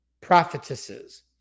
prophetesses